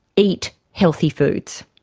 eat healthy foods.